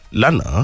lana